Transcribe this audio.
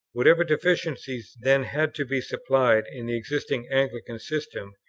whatever deficiencies then had to be supplied in the existing anglican system,